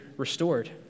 restored